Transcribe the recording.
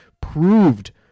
proved